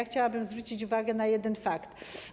Chciałabym zwrócić uwagę na jeden fakt.